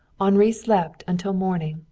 henri slept until morning,